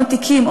עוד תיקים,